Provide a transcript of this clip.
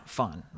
fun